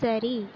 சரி